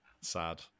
Sad